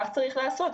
כך צריך לעשות.